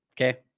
okay